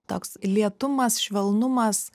toks lėtumas švelnumas